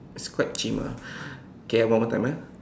it's quite chim ah okay ah one more time ah